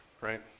right